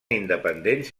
independents